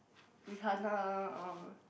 Rihanna or